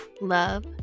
love